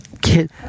kid